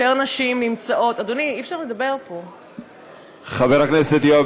יותר נשים נמצאות, אדוני, אי-אפשר לדבר פה.